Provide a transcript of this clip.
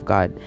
God